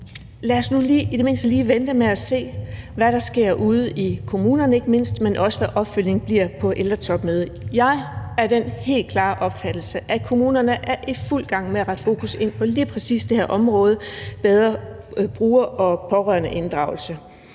mindste lige vente og se, hvad der sker ikke mindst ude i kommunerne, men også hvad opfølgningen på ældretopmødet bliver. Jeg er af den helt klare opfattelse, at kommunerne er i fuld gang med at rette fokus på lige præcis det her område: bedre bruger- og pårørendeinddragelse.